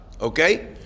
Okay